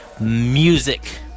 music